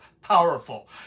powerful